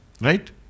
Right